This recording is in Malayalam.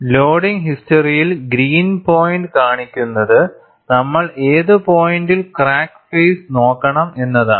ലോഡിംഗ് ഹിസ്റ്ററിയിൽ ഗ്രീൻ പോയിന്റ് കാണിക്കുന്നത് നമ്മൾ ഏത് പോയിന്റിൽ ക്രാക്ക് ഫേയിസ്സ് നോക്കണം എന്നതാണ്